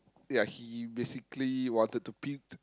yeah he basically wanted to puke